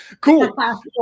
Cool